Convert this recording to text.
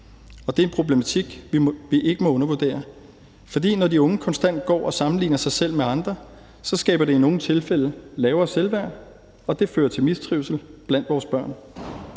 i. Det er en problematik, vi ikke må undervurdere. For når de unge konstant går og sammenligner sig selv med andre, skaber det i nogle tilfælde lavere selvværd, og det fører til mistrivsel blandt vores børn.